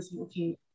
okay